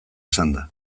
esanda